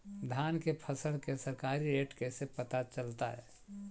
धान के फसल के सरकारी रेट कैसे पता चलताय?